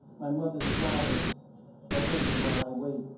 my mother's flowers are wilting while i wait.